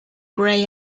grey